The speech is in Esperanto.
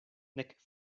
nek